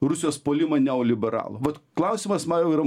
rusijos puolimą neoliberalų vat klausimas man jau yra